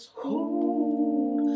hold